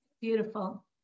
beautiful